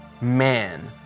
man